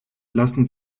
lassen